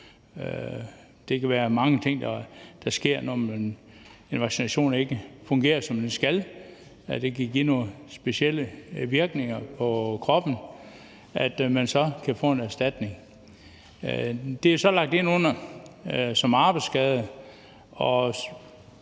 det kan være mange ting, der sker, når en vaccination ikke fungerer, som den skal; det kan give nogle specielle bivirkninger – så kan man få en erstatning. Det er så lagt ind som en arbejdsskade,